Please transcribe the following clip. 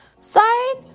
side